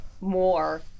more